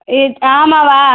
இது ஆமாவா